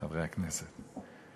חברי הכנסת.